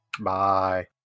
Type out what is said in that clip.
Bye